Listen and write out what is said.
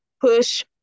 push